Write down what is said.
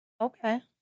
Okay